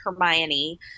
Hermione